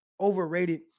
overrated